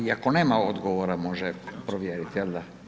I ako nema odgovora, može provjeriti, jel da?